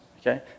okay